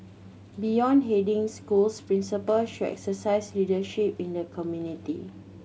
beyond heading schools principals should exercise leadership in the community